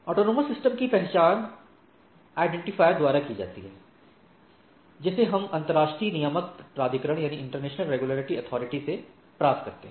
autonomous system कि पहचान identifier द्वारा की जाती है जिसे हम अंतर्राष्ट्रीय नियामक प्राधिकरण इंटरनेशनल रेगुलेटरी अथॉरिटी से प्राप्त करते हैं